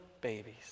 babies